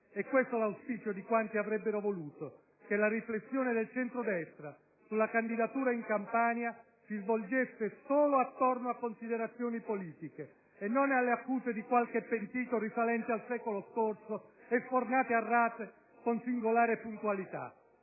È questo l'auspicio di quanti avrebbero voluto che la riflessione del centrodestra sulla candidatura in Campania si svolgesse solo intorno a considerazioni politiche, e non alle accuse di qualche pentito risalenti al secolo scorso e sfornate a rate con singolare "puntualità".